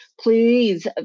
Please